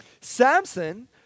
Samson